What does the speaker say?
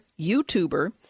YouTuber